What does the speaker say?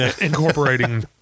incorporating